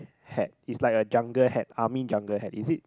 hat it's like a jungle hat army jungle hat is it